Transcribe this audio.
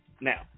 Now